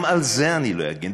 גם על זה אני לא אגן.